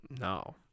no